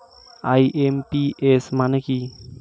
IMPS মানে কি?